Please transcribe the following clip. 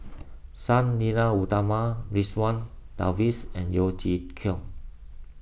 Sang Nila Utama Ridzwan and Yeo Chee Kiong